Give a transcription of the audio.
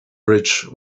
bridge